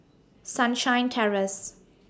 Sunshine Terrace